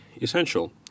essential